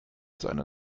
seiner